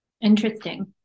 Interesting